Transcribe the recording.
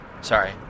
Sorry